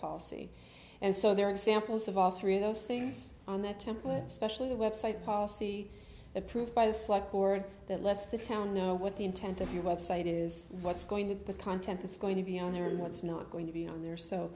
policy and so there are examples of all three of those things on that template especially the website policy approved by the select board that lets the town know what the intent of your website is what's going to the content that's going to be on there and what's not going to be on there so